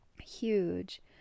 huge